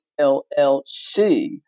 LLC